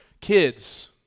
Kids